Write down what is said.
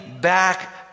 back